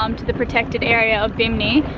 um to the protected area of bimini,